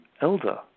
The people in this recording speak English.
elder